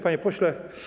Panie Pośle!